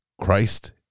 Christ